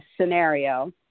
scenario